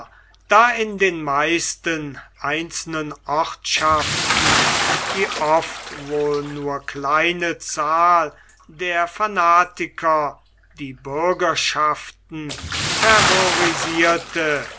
da in den meisten einzelnen ortschaften die oft wohl nur kleine zahl der fanatiker die bürgerschaften terrorisierte